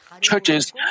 churches